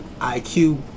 IQ